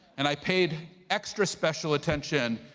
and i paid extra-special attention.